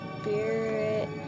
Spirit